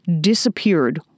disappeared